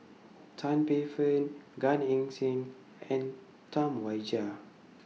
Tan Paey Fern Gan Eng Seng and Tam Wai Jia